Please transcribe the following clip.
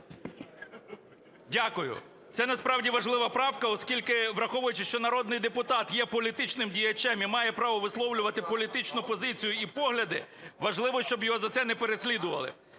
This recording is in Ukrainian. Дякую. Це насправді важлива правка, оскільки, враховуючи, що народний депутат є політичним діячем і має право висловлювати політичну позицію і погляди, важливо, щоб його за це не переслідували.